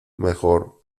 mejor